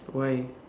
why